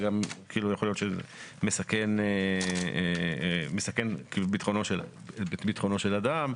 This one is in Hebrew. יכול להיות שסיכון ביטחונו של אדם.